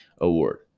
award